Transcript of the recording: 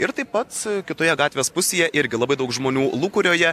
ir taip pat kitoje gatvės pusėje irgi labai daug žmonių lūkuriuoja